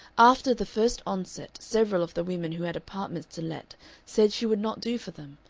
after the first onset several of the women who had apartments to let said she would not do for them,